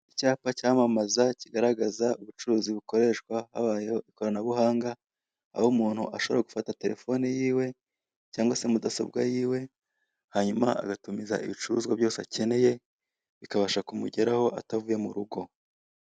Icyapa cyamamaza kigaragaza ubucuruzi bukoreshwa habayeho ikoranabuhanga aho umuntu ashobora gufata telefone yiwe cyangwa se mudasobwa yiwe hanyuma agatumiza ibicuruzwa byose akeneye bikabasha kumugeraho atavuye mu rugo.